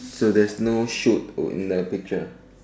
so there's no shoot or in the picture